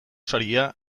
saria